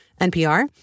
NPR